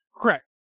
Correct